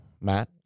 Matt